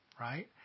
right